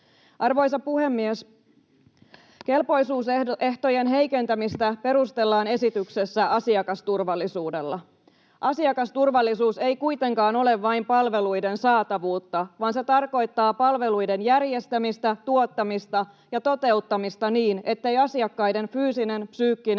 Arvoisa puhemies! Kelpoisuusehtojen heikentämistä perustellaan esityksessä asiakasturvallisuudella. Asiakasturvallisuus ei kuitenkaan ole vain palveluiden saatavuutta, vaan se tarkoittaa palveluiden järjestämistä, tuottamista ja toteuttamista niin, ettei asiakkaiden fyysinen, psyykkinen,